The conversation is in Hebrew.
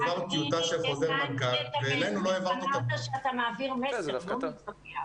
אתה אמרת שאתה מעביר מסר, לא מתווכח.